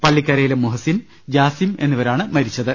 പള്ളിക്കർയിലെ മുഹസിൻ ജാസിം എന്നി വരാണ് മരിച്ചത്